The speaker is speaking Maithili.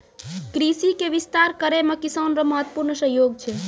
कृषि के विस्तार करै मे किसान रो महत्वपूर्ण सहयोग छै